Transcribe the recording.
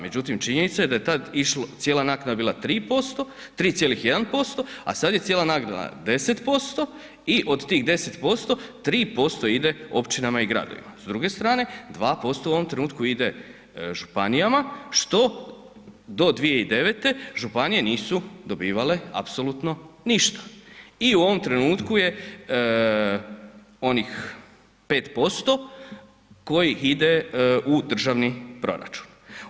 Međutim, činjenica je da je tad išlo, cijela naknada je bila 3,1%, a sad je cijela naknada 10% i od tih 10%, 3% ide općinama i gradovima, s druge strane 2% u ovom trenutku ide županijama, što do 2009. županije nisu dobivale apsolutno ništa i u ovom trenutku je onih 5% kojih ide u državni proračun.